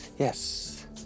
Yes